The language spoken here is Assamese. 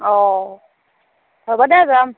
অ' হ'ব দে যাম